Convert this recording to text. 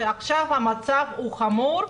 שעכשיו המצב הוא חמור,